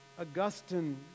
Augustine